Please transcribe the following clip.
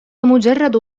مجرد